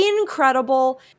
incredible